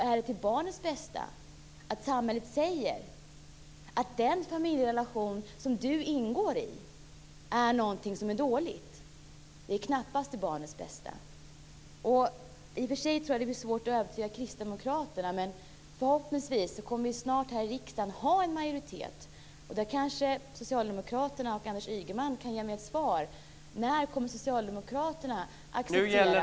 Är det till barnens bästa att samhället säger att den familjerelation som barnet ingår i är någonting som är dåligt? Det är knappast till barnens bästa. I och för sig är det nog svårt att övertyga krisdemokraterna, men snart kommer riksdagen förhoppningsvis att få en annan majoritet. Socialdemokraterna och Anders Ygeman kan kanske ge mig ett svar på frågan: När kommer socialdemokraterna att acceptera...